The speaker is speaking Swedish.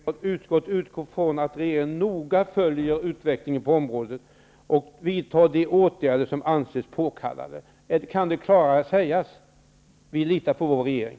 Herr talman! Låt mig bara notera att utskottet utgår från att regeringen noga följer utvecklingen på området och vidtar de åtgärder som anses påkallade. Kan det sägas klarare? Vi litar på vår regering.